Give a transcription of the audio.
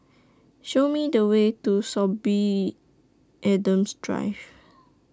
Show Me The Way to Sorby Adams Drive